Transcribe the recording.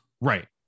Right